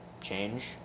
change